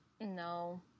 No